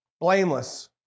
blameless